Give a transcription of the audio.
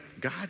God